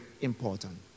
important